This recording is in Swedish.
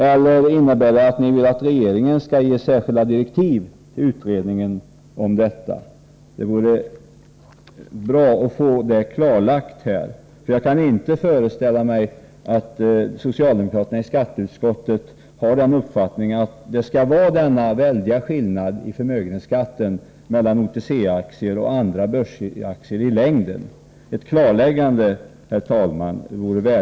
Eller innebär den att ni vill att regeringen skall ge särskilda direktiv till kommittén om detta? Det vore bra att få det klarlagt här, för jag kan inte föreställa mig att socialdemokraterna i skatteutskottet har den uppfattningen att det i längden skall vara denna väldiga skillnad i förmögenhetsskatt mellan OTC-aktier och andra börsaktier.